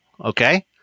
Okay